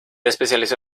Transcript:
especializó